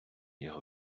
його